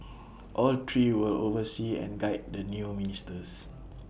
all three will oversee and guide the new ministers